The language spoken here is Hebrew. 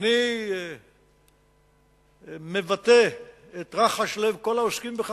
שאני מבטא את רחשי הלב של כל העוסקים בכך